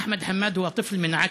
אחמד חמאד הוא ילד מעכו.